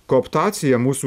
kooptacija mūsų